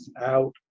out